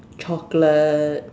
chocolate